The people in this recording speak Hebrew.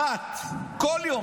כל יום,